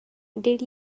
did